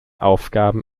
aufgaben